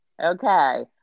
Okay